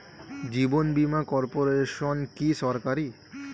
জীবন বীমা কর্পোরেশন কি সরকারি?